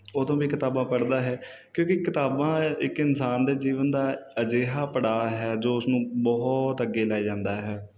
ਉਦੋਂ ਵੀ ਕਿਤਾਬਾਂ ਪੜ੍ਹਦਾ ਹੈ ਕਿਉਂਕਿ ਕਿਤਾਬਾਂ ਇੱਕ ਇਨਸਾਨ ਦੇ ਜੀਵਨ ਦਾ ਅਜਿਹਾ ਪੜਾਅ ਹੈ ਜੋ ਉਸਨੂੰ ਬਹੁਤ ਅੱਗੇ ਲੈ ਜਾਂਦਾ ਹੈ